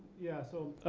yeah so,